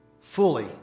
fully